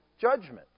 judgment